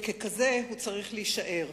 וכזה הוא צריך להישאר.